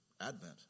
Advent